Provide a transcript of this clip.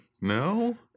No